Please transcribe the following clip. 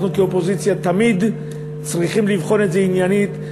אנחנו כאופוזיציה תמיד צריכים לבדוק את זה עניינית,